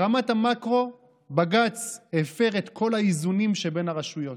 ברמת המקרו בג"ץ הפר את כל האיזונים שבין הרשויות,